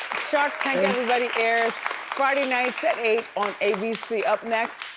shark tank everybody airs friday nights at eight on abc. up next,